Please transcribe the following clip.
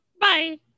Bye